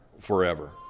forever